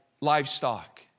livestock